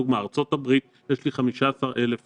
לדוגמא, ארצות הברית יש לי 15,000 נוסעים.